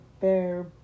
bear